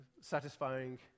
satisfying